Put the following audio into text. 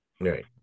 Right